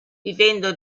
vivendo